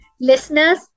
Listeners